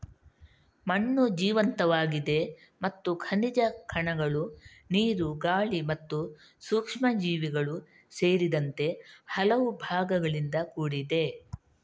ಮಣ್ಣು ಜೀವಂತವಾಗಿದೆ ಮತ್ತು ಖನಿಜ ಕಣಗಳು, ನೀರು, ಗಾಳಿ ಮತ್ತು ಸೂಕ್ಷ್ಮಜೀವಿಗಳು ಸೇರಿದಂತೆ ಹಲವು ಭಾಗಗಳಿಂದ ಕೂಡಿದೆ